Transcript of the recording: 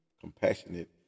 compassionate